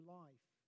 life